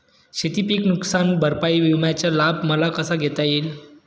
शेतीपीक नुकसान भरपाई विम्याचा लाभ मला कसा घेता येईल?